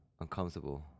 uncomfortable